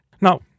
Now